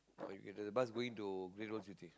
you can take the bus going to Great World City